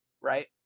right